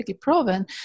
proven